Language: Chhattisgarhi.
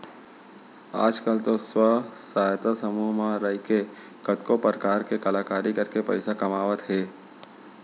आज काल तो स्व सहायता समूह म रइके कतको परकार के कलाकारी करके पइसा कमावत हें